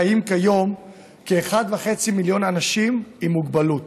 חיים כיום כ-1.5 מיליון אנשים עם מוגבלות,